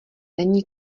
není